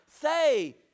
say